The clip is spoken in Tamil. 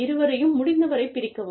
இருவரையும் முடிந்தவரைப் பிரிக்கவும்